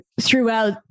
throughout